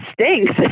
stinks